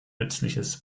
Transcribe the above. nützliches